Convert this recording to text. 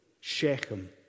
Shechem